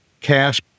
cash